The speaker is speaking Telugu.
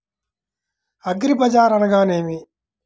అగ్రిబజార్ అనగా నేమి?